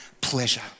pleasure